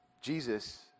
Jesus